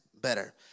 better